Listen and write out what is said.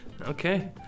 Okay